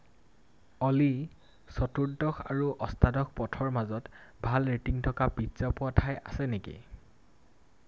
অ'লি চতুৰ্দশ আৰু অষ্টাদশ পথৰ মাজত ভাল ৰেটিং থকা পিজ্জা পোৱা ঠাই আছে নেকি